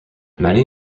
many